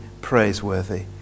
praiseworthy